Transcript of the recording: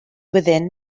within